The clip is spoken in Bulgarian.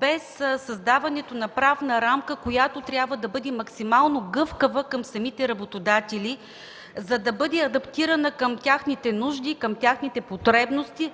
без създаването на правна рамка, която трябва да бъде максимално гъвкава към самите работодатели, за да бъде адаптирана към техните нужди и към техните потребности.